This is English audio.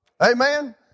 Amen